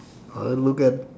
look at